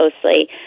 closely